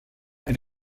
elle